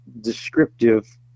descriptive